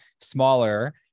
smaller